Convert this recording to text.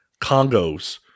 Congos